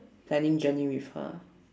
planning journey with her